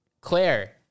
Claire